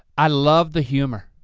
i love the humor.